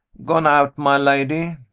gone out, my lady.